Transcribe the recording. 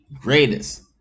greatest